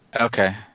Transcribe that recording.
Okay